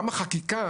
גם החקיקה